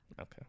okay